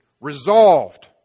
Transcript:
Resolved